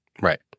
Right